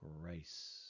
grace